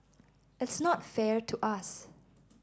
it's not fair to us